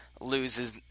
loses